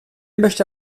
möchte